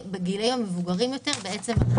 מאשר במוצר של השכירות בישראל שהוא מעט